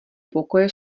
pokoje